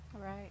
Right